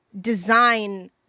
design